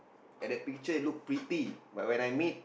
at that picture look pretty but when I meet